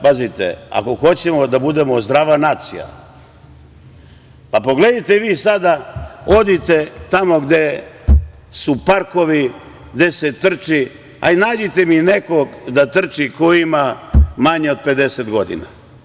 Pazite, ako hoćemo da budemo zdrava nacija, pogledajte vi, idite tamo gde su parkovi, gde se trči, nađite mi nekog da trči ko ima manje od 50 godina.